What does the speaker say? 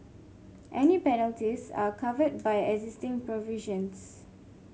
any penalties are covered by existing provisions